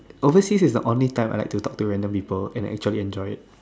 overseas is the only time I like to talk to random people and actually enjoy it